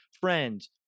friends